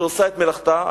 שעושה את מלאכתה,